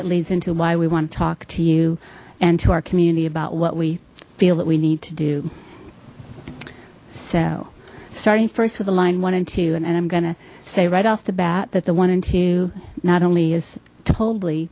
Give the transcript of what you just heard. that leads into why we want to talk to you and to our community about what we feel that we need to do so starting first with a line one and two and then i'm going to say right off the bat that the one and two not only is to